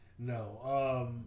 No